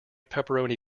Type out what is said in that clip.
pepperoni